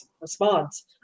response